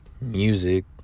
music